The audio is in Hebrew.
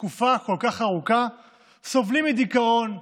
תקופה כל כך ארוכה סובלים מדיכאון,